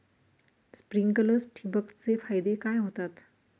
Sprinklers ठिबक चे फायदे काय होतात?